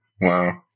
Wow